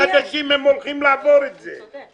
אבל בתנאים החדשים הם הולכים לעבור את זה.